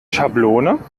schablone